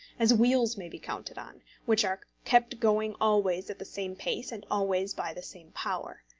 as wheels may be counted on, which are kept going always at the same pace and always by the same power.